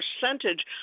percentage